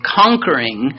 conquering